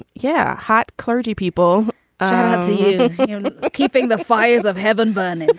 yeah, hot clergy people are you keeping the fires of heaven burn?